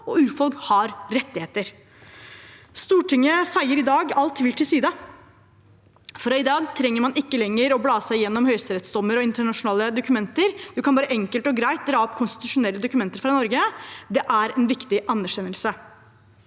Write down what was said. urfolk har rettigheter. Stortinget feier i dag all tvil til side. Fra i dag trenger man ikke lenger å bla seg gjennom høyesterettsdommer og internasjonale dokumenter. Man kan bare enkelt og greit dra opp konstitusjonelle dokumenter fra Norge. Det er en viktig anerkjennelse.